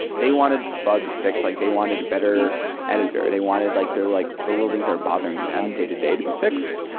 they wanted bugs fixed. like they wanted a better editor. they wanted like like the little things that are bothering them day-to-day to be fixed.